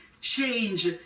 change